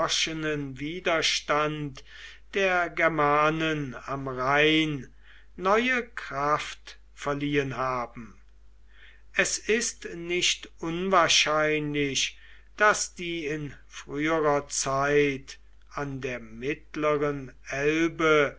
widerstand der germanen am rhein neue kraft verliehen haben es ist nicht unwahrscheinlich daß die in früherer zeit an der mittleren elbe